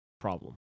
problem